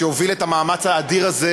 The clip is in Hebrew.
שהוביל את המאמץ האדיר הזה,